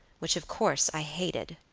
which of course i hated.